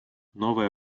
новое